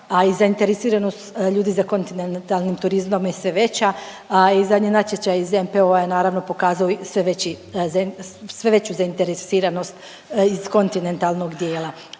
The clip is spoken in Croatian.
a i zainteresiranost ljudi za kontinentalni turizmom je sve veća, a i zadnji natječaj iz NPO-a je naravno pokazao sve veću zainteresiranost iz kontinentalnog dijela.